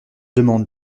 demande